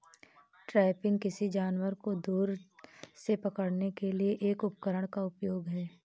trapping, किसी जानवर को दूर से पकड़ने के लिए एक उपकरण का उपयोग है